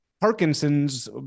Parkinson's